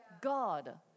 God